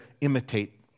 imitate